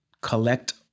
collect